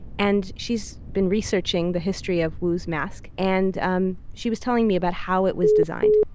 and she's been researching the history of wu's mask. and um she was telling me about how it was designed.